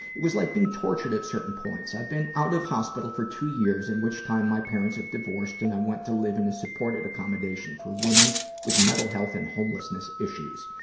it was like being tortured at certain points. i've been out of hospital for two years, in which time my parents have divorced and i went to live in a supported accommodation for women with mental health and homelessness issues.